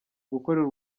gukorera